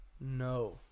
No